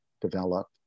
develop